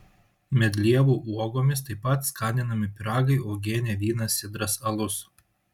medlievų uogomis taip pat skaninami pyragai uogienė vynas sidras alus